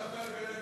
שנפתלי בנט,